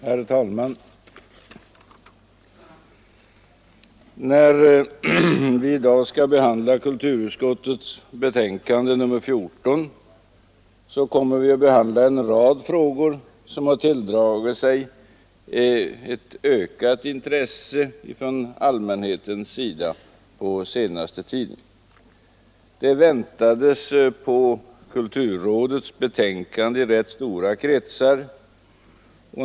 Herr talman! När vi i dag skall behandla kulturutskottets betänkande nr 15 så kommer vi att behandla en rad frågor som tilldragit sig ett ökat intresse från allmänheten på den senaste tiden. Det väntades på kulturrådets betänkande i rätt stora kretsar.